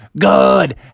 good